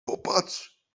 popatrz